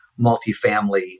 multifamily